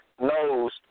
knows